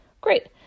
Great